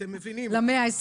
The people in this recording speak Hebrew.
אתם מבינים למה.